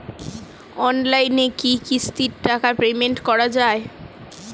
অনলাইনে কি কিস্তির টাকা পেমেন্ট করা যায়?